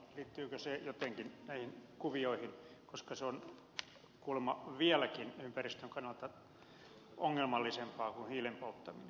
liittyykö se jotenkin näihin kuvioihin koska se on kuulemma ympäristön kannalta vieläkin ongelmallisempaa kuin hiilen polttaminen